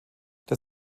der